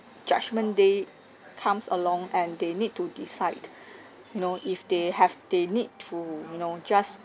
judgement day comes along and they need to decide you know if they have they need to you know just